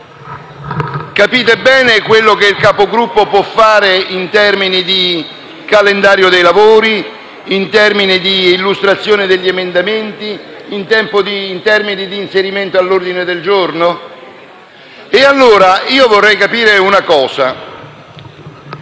Capite bene quello che il Capogruppo può fare in termini di calendario dei lavori, illustrazione degli emendamenti e inserimento di argomenti all'ordine del giorno? E, allora, io vorrei capire una cosa.